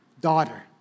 daughter